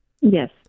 yes